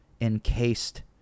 encased